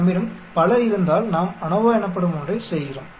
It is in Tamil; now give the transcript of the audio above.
நம்மிடம் பல இருந்தால் நாம் ANOVA எனப்படும் ஒன்றைச் செய்கிறோம்